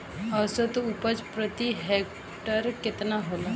औसत उपज प्रति हेक्टेयर केतना होला?